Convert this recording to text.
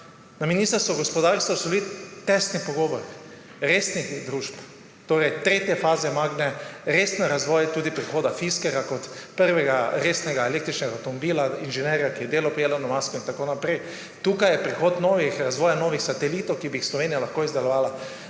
Na Ministrstvu za gospodarstvo so bili tesni pogovori resnih družb, torej tretje faze Magne, resen razvoj, tudi prihoda Fiskerja kot prvega resnega električnega avtomobila inženirja, ki je delal pri Elonu Musku in tako naprej. Tukaj je razvoj novih satelitov, ki bi jih Slovenija lahko izdelovala,